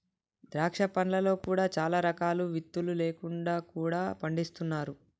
ద్రాక్ష పండ్లలో కూడా చాలా రకాలు విత్తులు లేకుండా కూడా పండిస్తున్నారు